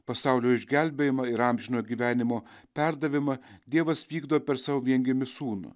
pasaulio išgelbėjimą ir amžinojo gyvenimo perdavimą dievas vykdo per savo viengimį sūnų